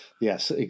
Yes